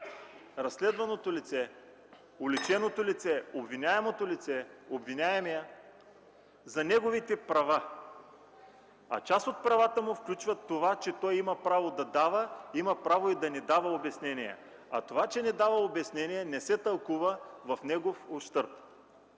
разследваното лице, уличеното лице, обвиняемото лице, обвиняемия за неговите права. Част от правата му включват това, че той има право да дава, има право и да не дава обяснение. Това че не дава обяснение, не се тълкува в негов ущърб.